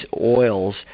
oils